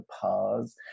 pause